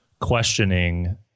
questioning